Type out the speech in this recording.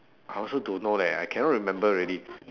I also don't know leh I cannot remember already